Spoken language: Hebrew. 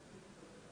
השרים,